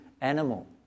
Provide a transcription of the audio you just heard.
animal